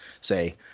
say